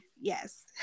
yes